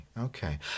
okay